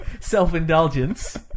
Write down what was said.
self-indulgence